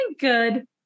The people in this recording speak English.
good